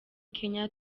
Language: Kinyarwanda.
kenya